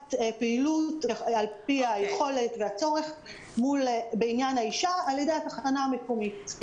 מתבצעת פעילות על פי היכולת והצורך בעניין האישה על ידי התחנה המקומית.